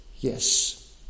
yes